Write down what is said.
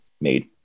made